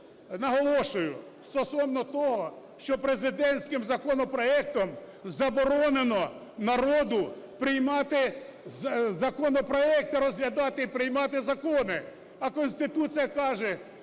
наголошую, стосовно того, що президентським законопроектом заборонено народу приймати, законопроекти розглядати і приймати закони. А Конституція каже,